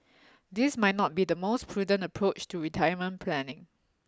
this might not be the most prudent approach to retirement planning